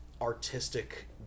artistic